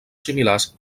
similars